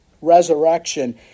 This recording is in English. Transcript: resurrection